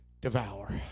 devour